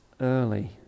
early